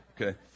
Okay